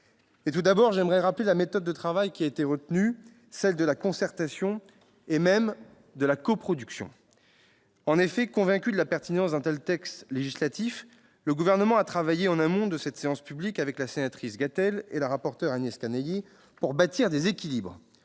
Tout d'abord, j'aimerais rappeler la méthode de travail qui a été retenue, celle de la concertation, et même de la coproduction. En effet, convaincu de la pertinence d'un tel texte législatif, le Gouvernement a travaillé, en amont de cette séance publique, avec la sénatrice Françoise Gatel et la rapporteur Agnès Canayer pour bâtir des équilibres.